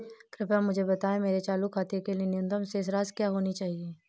कृपया मुझे बताएं मेरे चालू खाते के लिए न्यूनतम शेष राशि क्या होनी चाहिए?